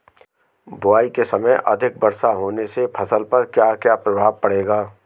बुआई के समय अधिक वर्षा होने से फसल पर क्या क्या प्रभाव पड़ेगा?